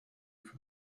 for